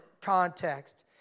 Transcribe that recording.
context